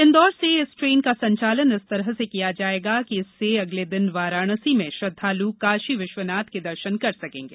इंदौर से इस ट्रेन का संचालन इस तरह से किया जाएगा कि इससे अगले दिन वाराणसी में श्रद्वालु काशी विश्वनाथ के दर्शन कर सकेगे